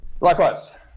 likewise